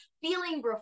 feeling